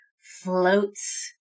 floats